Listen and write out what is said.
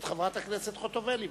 את חברת הכנסת חוטובלי.